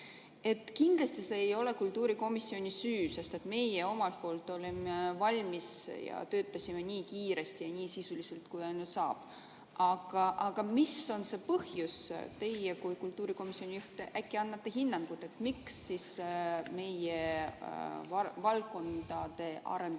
Kindlasti ei ole see kultuurikomisjoni süü, sest meie omalt poolt olime valmis ja töötasime nii kiiresti ja nii sisuliselt, kui ainult sai. Aga mis oli see põhjus? Teie kui kultuurikomisjoni juht äkki annate hinnangu, miks meie valdkondade arengukavad